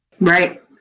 Right